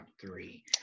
three